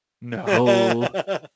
No